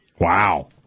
Wow